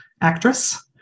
actress